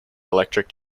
electric